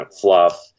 Fluff